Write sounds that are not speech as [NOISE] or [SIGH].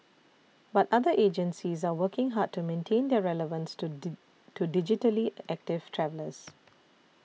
but other agencies are working hard to maintain their relevance to [UNINTELLIGIBLE] to digitally active travellers